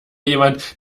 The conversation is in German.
jemand